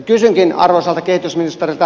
kysynkin arvoisalta kehitysministeriltä